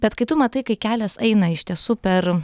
bet kai tu matai kai kelias eina iš tiesų per